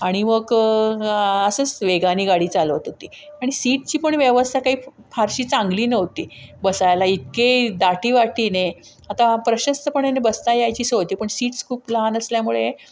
आणि मग असंच वेगाने गाडी चालवत होती आणि सीटची पण व्यवस्था काही फारशी चांगली नव्हती बसायला इतके दाटीवाटीने आता प्रशस्तपणे बसता यायची सोय होती पण सीट्स खूप लहान असल्यामुळे